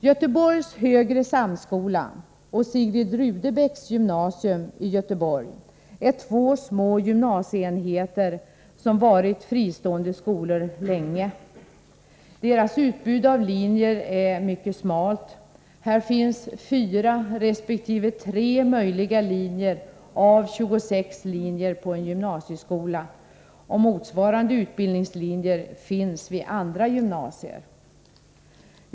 Göteborgs Högre samskola och Sigrid Rudebecks gymnasium i Göteborg är två små gymnasieenheter, som varit fristående skolor länge. Deras utbud av linjer är mycket smalt. Här finns 4 resp. 3 möjliga linjer av 26 linjer på en gymnasieskola, och motsvarande utbildningslinjer finns vid andra gymnasier.